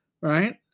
right